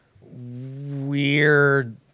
weird